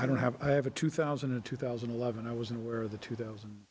i don't have i have a two thousand and two thousand and eleven i was aware of the two thousand